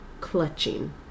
clutching